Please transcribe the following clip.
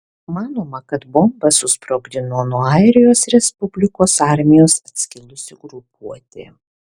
manoma kad bombą susprogdino nuo airijos respublikos armijos atskilusi grupuotė